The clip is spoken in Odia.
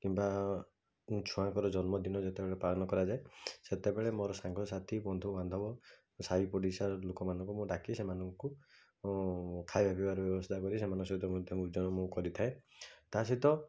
କିମ୍ବା ଛୁଆଙ୍କର ଜନ୍ମଦିନ ଯେତେବେଳେ ପାଳନ କରାଯାଏ ସେତେବେଳେ ମୋର ସାଙ୍ଗସାଥି ବନ୍ଧୁବାନ୍ଧବ ସାହି ପଡ଼ିଶାର ଲୋକମାନଙ୍କୁ ମୁଁ ଡ଼ାକି ସେମାନଙ୍କୁ ଖାଇବା ପିଇବାର ବ୍ୟବସ୍ଥା କରି ସେମାନଙ୍କ ସହିତ ମଧ୍ୟ ଭୋଜନ ମୁଁ କରିଥାଏ ତା ସହିତ